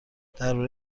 درباره